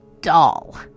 doll